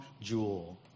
jewel